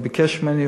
הוא ביקש ממני,